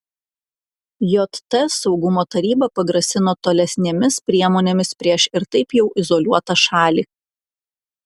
jt saugumo taryba pagrasino tolesnėmis priemonėmis prieš ir taip jau izoliuotą šalį